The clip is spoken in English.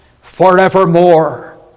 forevermore